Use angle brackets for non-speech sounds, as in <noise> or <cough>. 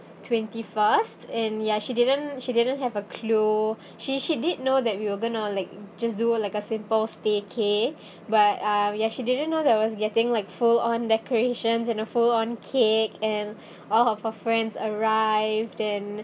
twenty first and ya she didn't she didn't have a clue <breath> she she did know that we are going to like just do like a simple staycay <breath> but uh ya she didn't know that was getting like full on decorations and a full on cake and <breath> all of her friends arrived and